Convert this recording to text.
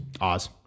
Oz